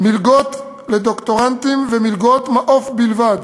מלגות לדוקטורנטים ומלגות "מעוף" בלבד.